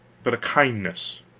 but a kindness.